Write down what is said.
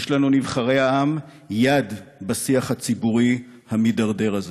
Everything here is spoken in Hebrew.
יש לנו, נבחרי העם, יד בשיח הציבורי המתדרדר הזה.